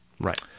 Right